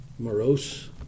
Morose